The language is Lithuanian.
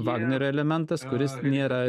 vagnerio elementas kuris nėra